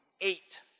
eight